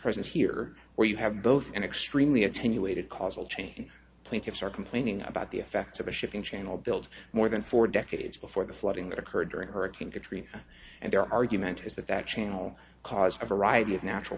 present here where you have both an extremely attenuated causal chain plaintiffs are complaining about the effects of a shipping channel built more than four decades before the flooding that occurred during hurricane katrina and their argument is that that channel caused a variety of natural